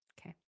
Okay